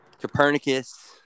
Copernicus